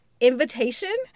invitation